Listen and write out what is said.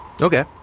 Okay